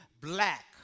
black